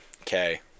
Okay